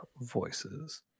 voices